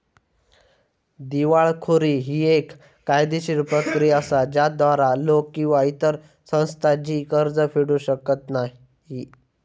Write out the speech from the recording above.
दिवाळखोरी ही येक कायदेशीर प्रक्रिया असा ज्याद्वारा लोक किंवा इतर संस्था जी कर्ज फेडू शकत नाही